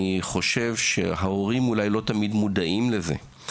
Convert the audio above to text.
אני חושב שההורים אולי לא תמיד מודעים לזה.